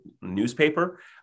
newspaper